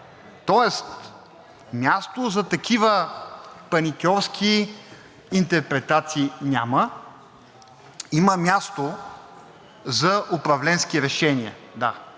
тоест място за такива паникьорски интерпретации няма. Има място за управленски решения.